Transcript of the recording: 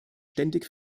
ständig